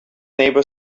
neighbor